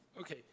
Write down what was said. Okay